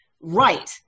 right